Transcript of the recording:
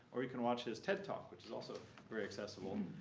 or you can watch his ted talk, which is also very accessible.